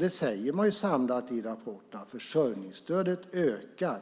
Man säger samlat i rapporten att försörjningsstödet ökar